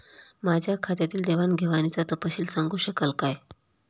माझ्या खात्यातील देवाणघेवाणीचा तपशील सांगू शकाल काय?